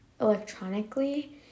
electronically